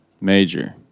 major